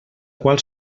qual